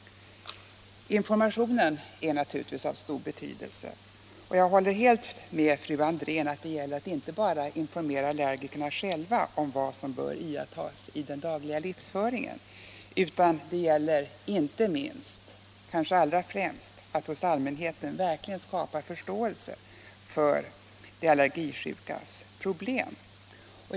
Informationen är naturligtvis av stor betydelse, och jag håller helt med fru Andrén att det inte bara gäller allergikerna själva och vad som bör iakttas i den dagliga livsföringen utan att det är inte minst viktigt — och kanske allra viktigast — att hos allmänheten verkligen skapa förståelse för de allergisjukas problem.